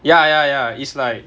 ya ya ya it's like